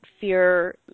fear